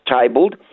tabled